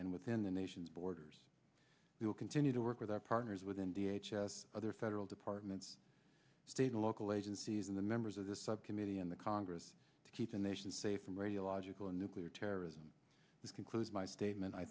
and within the nation's borders we will continue to work with our partners within d h s s other federal departments state and local agencies and the members of the subcommittee in the congress to keep the nation safe from radiological and nuclear terrorism this concludes my statement i